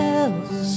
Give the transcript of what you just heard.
else